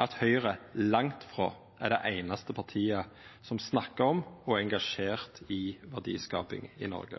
at Høgre langt ifrå er det einaste partiet som snakkar om og er engasjert i verdiskaping i Noreg.